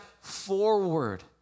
forward